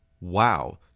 Wow